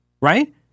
right